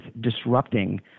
disrupting